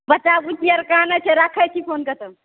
बच्चा बुची कानैए राखै छी फोनके तब